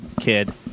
kid